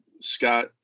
Scott